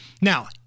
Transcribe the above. Now